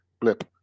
blip